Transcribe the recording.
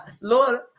Lord